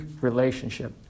relationship